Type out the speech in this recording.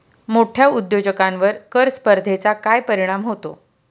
मोठ्या उद्योजकांवर कर स्पर्धेचा काय परिणाम होतो?